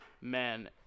man